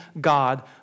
God